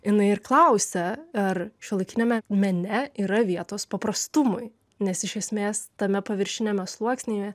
jinai ir klausia ar šiuolaikiniame mene yra vietos paprastumui nes iš esmės tame paviršiniame sluoksnyje